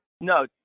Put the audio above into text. No